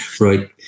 right